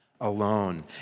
alone